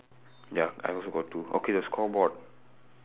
ya I also got two okay the scoreboard